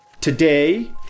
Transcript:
Today